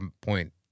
point